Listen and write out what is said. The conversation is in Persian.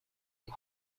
بگم